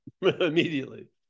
immediately